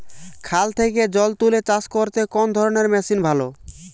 খাল থেকে জল তুলে চাষ করতে কোন ধরনের মেশিন ভালো?